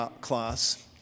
class